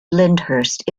lyndhurst